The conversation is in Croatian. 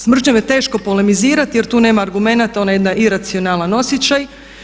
S mržnjom je teško polemizirati jer tu nema argumenata, ona je jedan iracionalan osjećaj.